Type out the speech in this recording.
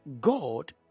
God